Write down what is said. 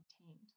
obtained